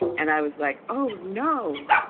and i was like, oh, no,